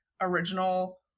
original